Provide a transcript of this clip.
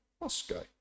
Moscow